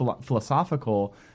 philosophical